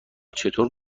چطور